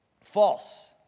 False